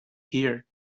here